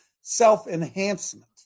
self-enhancement